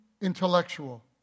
intellectual